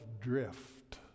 drift